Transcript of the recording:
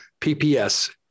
PPS